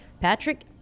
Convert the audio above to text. Patrick